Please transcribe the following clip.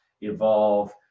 evolve